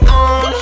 on